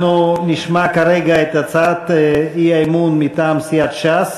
אנחנו נשמע כרגע את הצעת האי-אמון מטעם ש"ס.